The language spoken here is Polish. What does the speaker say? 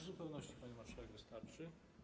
W zupełności, pani marszałek, wystarczy.